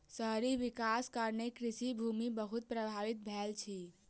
शहरी विकासक कारणें कृषि भूमि बहुत प्रभावित भेल अछि